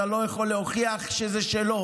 אתה לא יכול להוכיח שזה שלו